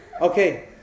Okay